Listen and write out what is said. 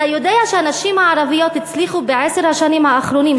אתה יודע שהנשים הערביות הצליחו בעשר השנים האחרונות,